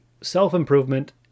self-improvement